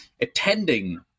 attending